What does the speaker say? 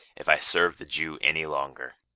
if i serve the jew any longer.